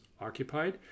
occupied